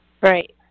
Right